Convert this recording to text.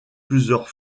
plusieurs